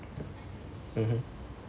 mmhmm